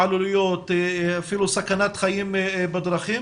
להתעללויות, אפילו סכנת חיים בדרכים,